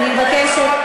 אני מבקשת.